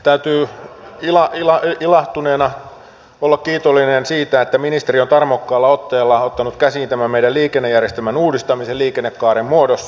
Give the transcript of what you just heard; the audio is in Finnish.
täytyy ilahtuneena olla kiitollinen siitä että ministeri on tarmokkaalla otteella ottanut käsiin tämän meidän liikennejärjestelmän uudistamisen liikennekaaren muodossa